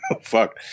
Fuck